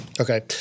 Okay